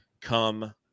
come